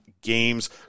games